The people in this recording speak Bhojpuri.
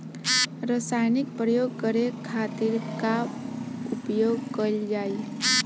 रसायनिक प्रयोग करे खातिर का उपयोग कईल जाइ?